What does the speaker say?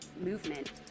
movement